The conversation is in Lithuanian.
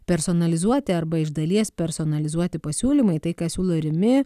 personalizuoti arba iš dalies personalizuoti pasiūlymai tai ką siūlo rimi